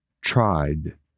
tried